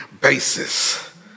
basis